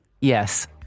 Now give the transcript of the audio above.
yes